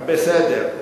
בסדר.